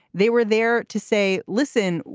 they were there to say, listen,